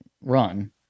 run